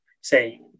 say